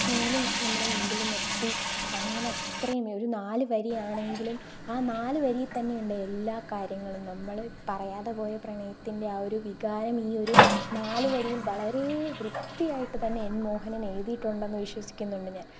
feeling നമ്മുടെ മുമ്പിൽ നിർത്തി അങ്ങനെ അത്രേം ഒരു നാല് വരിയാണെങ്കിലും ആ നാല് വരി തന്നെയുണ്ട് എല്ലാ കാര്യങ്ങളും നമ്മൾ പറയാതെ പോയ പ്രണയത്തിൻറ്റെ ആ ഒരു വികാരം ഈ ഒരു നാല് വരിയിൽ വളരെ വൃത്തിയായിട്ട് തന്നെ എൻ മോഹനൻ എഴുതിയിട്ടുണ്ടെന്ന് വിശ്വസിക്കുന്നുണ്ട് ഞാൻ